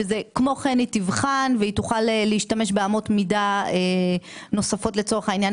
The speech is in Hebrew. שכמו כן היא תבחן ותוכל להשתמש באמות מידה נוספות לצורך העניין.